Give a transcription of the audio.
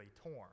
torn